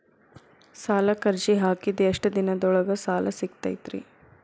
ಸಾಲಕ್ಕ ಅರ್ಜಿ ಹಾಕಿದ್ ಎಷ್ಟ ದಿನದೊಳಗ ಸಾಲ ಸಿಗತೈತ್ರಿ?